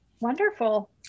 Wonderful